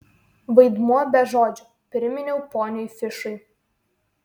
vaidmuo be žodžių priminiau poniui fišui